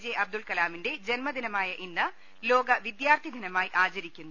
J Abdul കലാമിന്റെ ജന്മ ദിനമായ ഇന്ന് ലോക വിദ്യാർത്ഥി ദിനമായി ആചരിക്കുന്നു